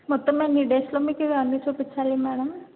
మొత్తం ఎన్ని డేస్లో మీకు ఇవన్నీ చూపించాలి మేడమ్